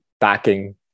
backing